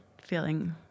feeling